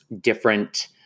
different